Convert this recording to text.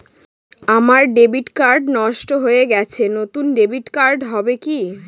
আমার debit card নষ্ট হয়ে গেছে নূতন ডেবিট কার্ড হবে কি?